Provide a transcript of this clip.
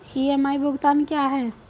EMI भुगतान क्या है?